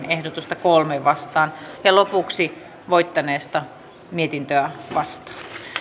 ehdotusta kolmeen vastaan ja lopuksi voittaneesta mietintöä vastaan